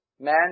man